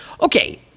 Okay